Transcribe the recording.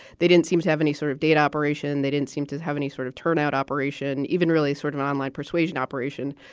they didn't seem to have any sort of data operation. they didn't seem to have any sort of turnout operation, even really sort of online persuasion operation.